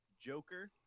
Joker